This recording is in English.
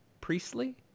Priestley